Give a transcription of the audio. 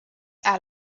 out